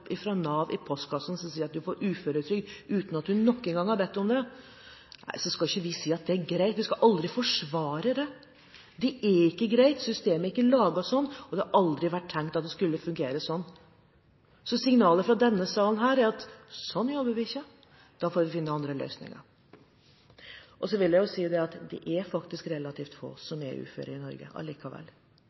Nav i postkassen som sier at man får uføretrygd, uten at man noen gang har bedt om det. Vi skal ikke si at det er greit, vi skal aldri forsvare det. Det er ikke greit. Systemet er ikke laget sånn, og det har aldri vært tenkt at det skulle fungere sånn. Signalet fra denne sal er at slik jobber vi ikke, da får vi finne andre løsninger. Det er faktisk relativt få som er uføre i Norge.